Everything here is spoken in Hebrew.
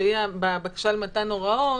שהיא בבקשה למתן הוראות,